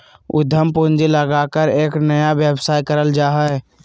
उद्यम पूंजी लगाकर एक नया व्यवसाय करल जा हइ